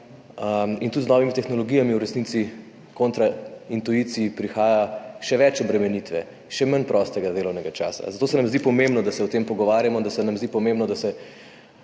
in tudi z novimi tehnologijami v resnici kontra intuiciji prihaja še več obremenitev, še manj prostega delovnega časa. Zato se nam zdi pomembno, da se o tem pogovarjamo in da se najde način, kako